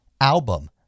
album